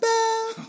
Bell